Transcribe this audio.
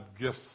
gifts